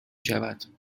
شود